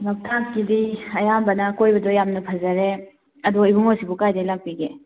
ꯂꯣꯛꯇꯥꯛꯀꯤꯗꯤ ꯑꯌꯥꯝꯕꯅ ꯑꯀꯣꯏꯕꯗꯣ ꯌꯥꯝꯅ ꯐꯖꯔꯦ ꯑꯗꯣ ꯏꯕꯨꯡꯉꯣꯁꯤꯕꯨ ꯀꯥꯏꯗꯩ ꯂꯥꯛꯄꯤꯒꯦ